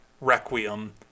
Requiem